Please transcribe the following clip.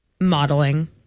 modeling